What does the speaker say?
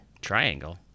Triangle